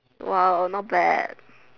!wow! not bad